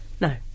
No